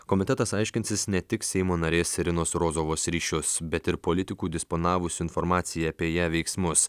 komitetas aiškinsis ne tik seimo narės irinos rozovos ryšius bet ir politikų disponavusių informacija apie ją veiksmus